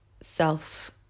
self